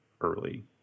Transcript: early